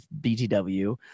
BTW